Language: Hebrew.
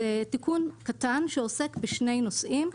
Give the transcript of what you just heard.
זה תיקון קטן שעוסק בשני נושאים.